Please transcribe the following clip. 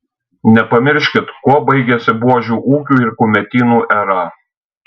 nepamirškit kuo baigėsi buožių ūkių ir kumetynų era